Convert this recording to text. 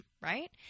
right